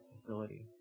facility